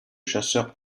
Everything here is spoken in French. chasseur